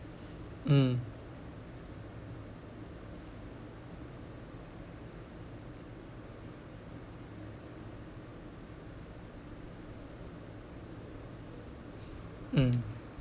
mm mm